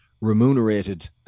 remunerated